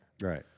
Right